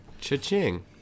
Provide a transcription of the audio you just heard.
cha-ching